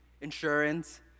insurance